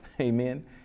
Amen